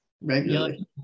regularly